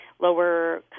Lower